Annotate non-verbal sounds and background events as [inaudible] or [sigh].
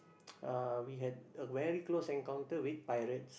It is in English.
[noise] uh we had a very close encounter with pirates